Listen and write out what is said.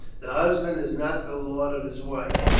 the husband is not the lord of his wife,